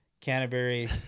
Canterbury